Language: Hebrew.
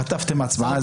חטפתם הצבעה,